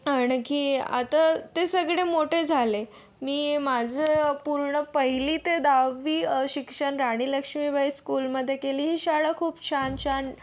आणखी आता ते सगळे मोठे झाले मी माझं पूर्ण पहिली ते दहावी शिक्षण राणी लक्ष्मीबाई स्कूलमध्ये केली ही शाळा खूप छान छान